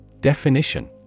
Definition